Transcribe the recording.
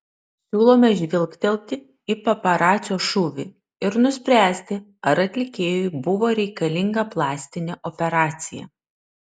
siūlome žvilgtelti į paparacio šūvį ir nuspręsti ar atlikėjui buvo reikalinga plastinė operacija